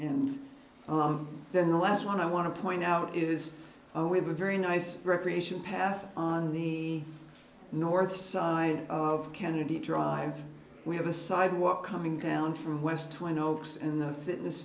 and then the last one i want to point out is we have a very nice recreation path on the north side of kennedy drive we have a sidewalk coming down from west when oaks in the fitness